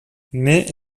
mais